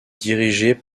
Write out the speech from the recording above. dirigée